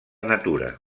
natura